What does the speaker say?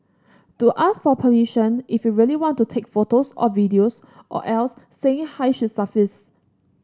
do ask for permission if you really want to take photos or videos or else saying hi should suffice